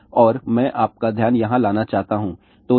और मैं आपका ध्यान यहां लाना चाहता हूं